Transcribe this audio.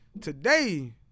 today